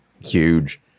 huge